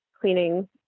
cleaning